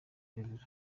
rev